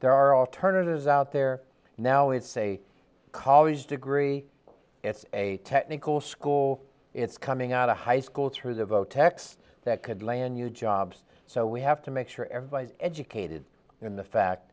there are alternatives out there now it's a college degree it's a technical school it's coming out of high school through the vote act that could land you jobs so we have to make sure everybody's educated in the fact